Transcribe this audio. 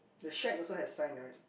the shed also have sign right